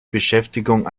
beschäftigung